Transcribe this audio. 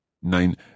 Nein